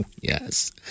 Yes